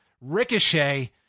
Ricochet